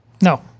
No